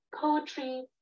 poetry